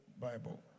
Bible